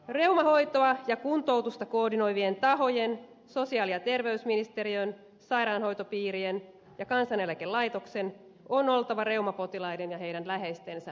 reumahoitoa ja kuntoutusta koordinoivien tahojen sosiaali ja terveysministeriön sairaanhoitopiirien ja kansaneläkelaitoksen on oltava reumapotilaiden ja heidän läheistensä tukena